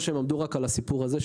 הם לא באו כמו שהם באו לסיפור הזה,